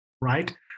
right